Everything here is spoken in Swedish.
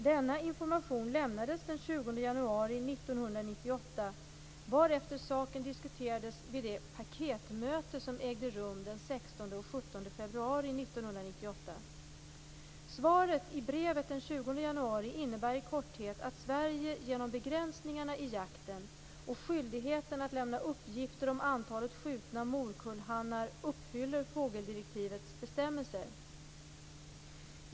Denna information lämnades den 20 januari 1998, varefter saken diskuterades vid det paketmöte som ägde rum den 16 och 17 februari 1998. Svaret i brevet den 20 januari innebär i korthet att Sverige genom begränsningarna i jakten och skyldigheten att lämna uppgifter om antalet skjutna morkullhannar uppfyller fågeldirektivets bestämmelser.